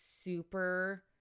super